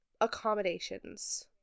accommodations